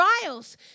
trials